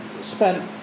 spent